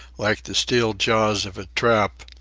like the steel jaws of a trap,